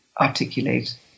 articulate